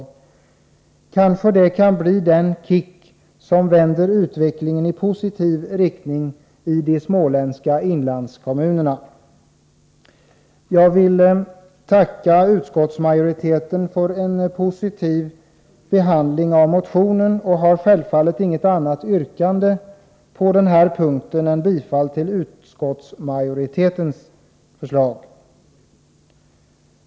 Det kanske kan bli den ”kick” som vänder utvecklingen i de småländska inlandskommunerna i positiv riktning. Jag vill tacka utskottsmajoriteten för en positiv behandling av motionen och har självfallet inget annat yrkande på den här punkten än bifall till utskottsmajoritetens förslag.